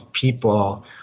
people